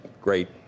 great